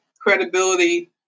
Credibility